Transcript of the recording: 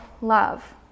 love